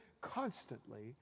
constantly